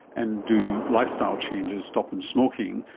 and do lifestyle changes, stop them smoking,